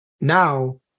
now